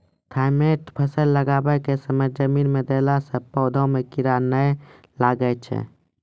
Thimet फ़सल लगाबै के समय जमीन मे देला से पौधा मे कीड़ा नैय लागै छै?